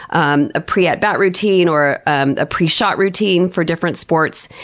um a pre-at bat routine or a pre-shot routine for different sports.